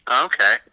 Okay